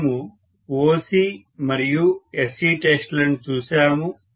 మనము OC మరియు SC test లను చూశాము